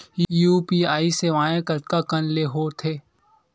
UPI सेवाएं कतका कान ले हो थे?